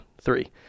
three